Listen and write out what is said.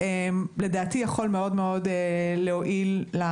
לדעתי זה יכול להועיל מאוד.